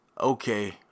okay